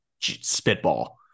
spitball